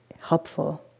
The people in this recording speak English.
helpful